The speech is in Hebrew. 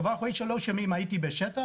כבר אחרי שלושה ימים הייתי בשטח,